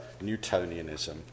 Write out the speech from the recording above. Newtonianism